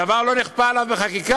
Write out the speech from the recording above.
הדבר לא נכפה עליו בחקיקה.